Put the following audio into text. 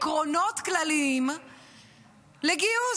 עקרונות כלליים לגיוס,